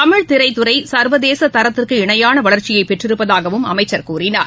தமிழ் திரைத்துறைசர்வதேசதரத்திற்கு இணையானவளர்ச்சியைபெற்றிருப்பதாகவும் அமைச்சர் கூறினார்